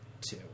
Two